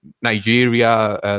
Nigeria